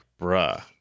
Bruh